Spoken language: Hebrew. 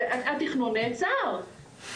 התכנון נעצר.